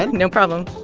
and no problem